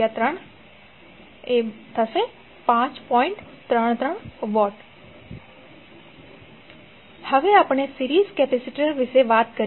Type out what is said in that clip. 33W હવે આપણે series capacitor વિશે વાત કરીએ